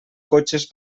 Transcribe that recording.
cotxes